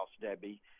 Debbie